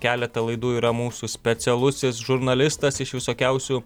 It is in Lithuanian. keletą laidų yra mūsų specialusis žurnalistas iš visokiausių